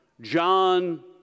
John